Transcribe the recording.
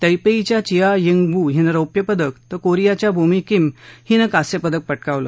तैपेईच्या Wei Ying Wu हिनं रौप्यपदक तर कोरियाच्या बोमी किम हिनं कांस्यपदक प किावलं